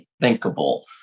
unthinkable